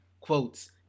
quotes